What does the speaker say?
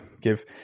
give